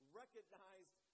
recognized